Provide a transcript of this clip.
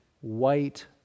white